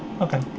okay